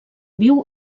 viu